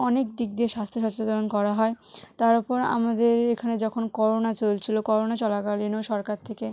অনেক দিক দিয়ে স্বাস্থ্য সচেতন করা হয় তার উপর আমাদের এখানে যখন করোনা চলছিল করোনা চলাকালীনও সরকার থেকে